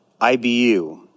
IBU